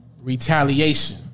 Retaliation